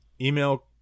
email